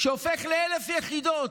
שהופכות ל-1,000 יחידות,